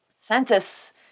census